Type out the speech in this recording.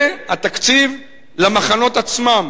זה התקציב למחנות עצמם.